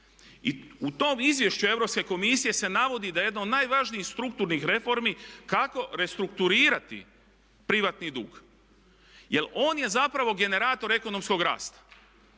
I u tom izvješću Europske komisije se navodi da jedno od najvažnijih strukturnih reformi kako restrukturirati privatni dug, jer on je zapravo generator ekonomskog rasta.